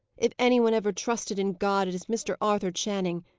if any one ever trusted in god, it is mr. arthur channing.